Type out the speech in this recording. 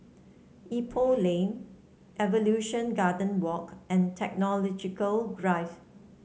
Ipoh Lane Evolution Garden Walk and Technological Drive